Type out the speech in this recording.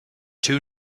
two